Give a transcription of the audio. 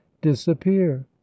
disappear